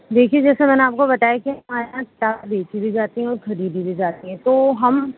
دیکھیے جیسا میں نے آپ کو بتایا کہ ہمارے یہاں کتابیں بیچی بھی جاتی ہیں اور خریدی بھی جاتی ہیں تو ہم